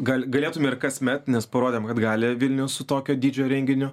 gal galėtume ir kasmet nes parodėm kad gali vilnius tokio dydžio renginiu